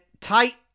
tight